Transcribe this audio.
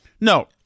No